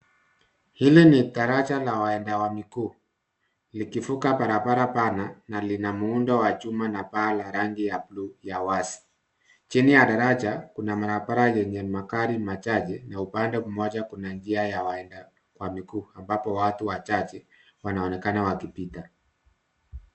Hili ni daraja la waenda wa miguu likivuka barabara pana na lina muundo wa chuma na paa la rangi ya bluu ya wazi. Chini ya daraja kuna barabara yenye magari machache na upande mmoja kuna njia ya waenda kwa miguu ambapo watu wachache wanaonekana wakipita.